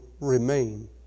remain